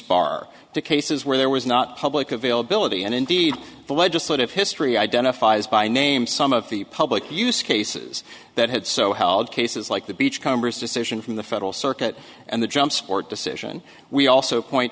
bar to cases where there was not public availability and indeed the legislative history identifies by name some of the public use cases that had so held cases like the beachcombers decision from the federal circuit and the jumps court decision we also point